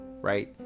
right